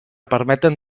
permeten